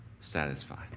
satisfied